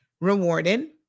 rewarded